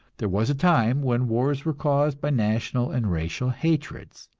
there was a time when wars were caused by national and racial hatreds.